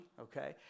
okay